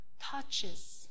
touches